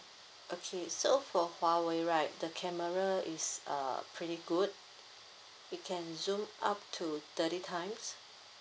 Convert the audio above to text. okay so for huawei right the camera is uh pretty good it can zoom up to thirty times